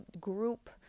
group